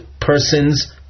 person's